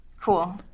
cool